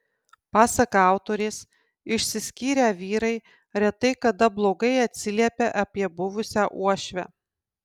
pasak autorės išsiskyrę vyrai retai kada blogai atsiliepia apie buvusią uošvę